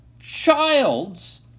child's